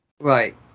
Right